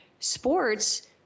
Sports